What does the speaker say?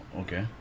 Okay